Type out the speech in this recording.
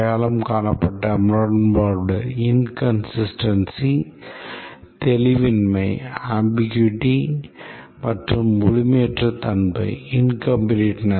அடையாளம் காணப்பட்ட முரண்பாடு